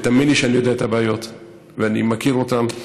תאמין לי שאני יודע את הבעיות ואני מכיר אותן.